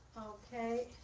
ok